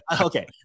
okay